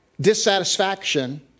dissatisfaction